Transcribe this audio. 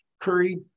Curry